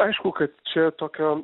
aišku kad čia tokio